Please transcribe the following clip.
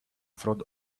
front